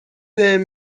بهم